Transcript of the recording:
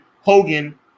Hogan